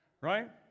right